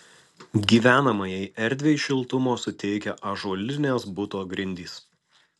gyvenamajai erdvei šiltumo suteikia ąžuolinės buto grindys